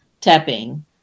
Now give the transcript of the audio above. tapping